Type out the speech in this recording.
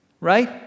Right